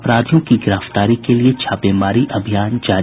अपराधियों की गिरफ्तारी के लिए छापेमारी अभियान जारी